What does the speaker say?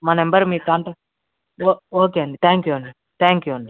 మా నంబర్ మీ కాంటాక్ట్ ఓ ఓకే అండి థ్యాంక్ యూ అండి థ్యాంక్ యూ అండి